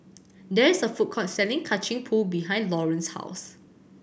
there is a food court selling Kacang Pool behind Laurance's house